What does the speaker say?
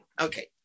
Okay